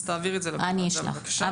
אז תעבירי את זה לוועדה, בבקשה.